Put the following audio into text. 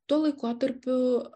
tuo laikotarpiu